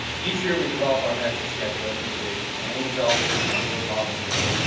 each year we develop our master schedule as you see, and amy's office becomes a revolving door.